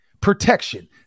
Protection